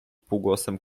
półgłosem